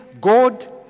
God